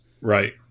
Right